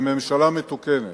בממשלה מתוקנת,